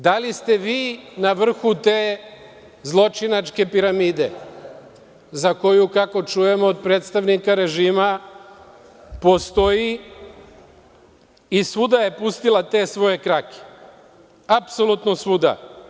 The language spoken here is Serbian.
Da li ste vi na vrhu te zločinačke piramide koja, kako čujemo od predstavnika režima, postoji i svuda je pustila te svoje krake, apsolutno svuda?